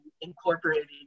incorporating